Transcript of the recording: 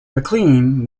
maclean